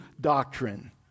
doctrine